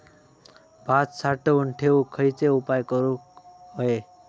भात साठवून ठेवूक खयचे उपाय करूक व्हये?